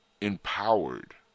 empowered